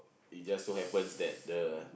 it just so happens that the